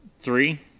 Three